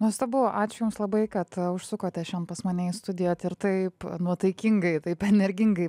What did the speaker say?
nuostabu ačiū jums labai kad užsukote šiandien pas mane į studiją ir taip nuotaikingai taip energingai